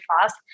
fast